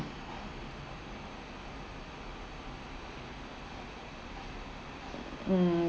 mm